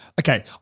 Okay